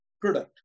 product